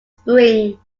springs